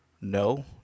no